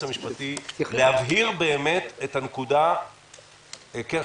המשפטי להבהיר את הנקודה של הגבלת הזמן.